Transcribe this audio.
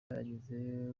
yageze